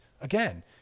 Again